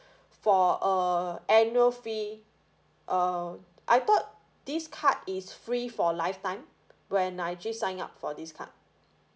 for uh annual fee uh I thought this card is free for lifetime when I actually signing up for this card